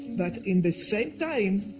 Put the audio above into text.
like in the same time,